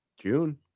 June